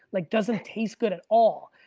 like doesn't taste good at all.